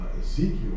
Ezekiel